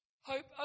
Hope